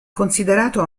considerato